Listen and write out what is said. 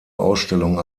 ausstellung